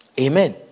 Amen